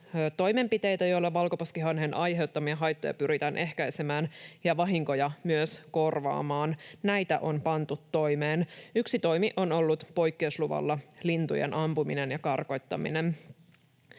toimenpiteitä, joilla valkoposkihanhen aiheuttamia haittoja pyritään ehkäisemään ja vahinkoja myös korvaamaan. Näitä on pantu toimeen. Yksi toimi on ollut poikkeusluvalla lintujen ampuminen ja karkottaminen.